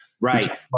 Right